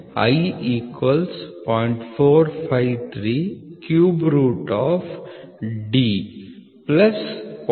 001 D micron Where D is the Diameter of part in mm D ಎಂಬುದು ಎಂಎಂನಲ್ಲಿನ ಭಾಗದ ವ್ಯಾಸವಾಗಿದೆ Linear Factor 0